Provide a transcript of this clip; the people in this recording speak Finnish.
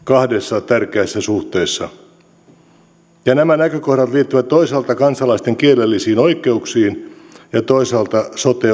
kahdessa tärkeässä suhteessa ja nämä näkökohdat liittyvät toisaalta kansalaisten kielellisiin oikeuksiin ja toisaalta sote ohjaukseen ja hallintoon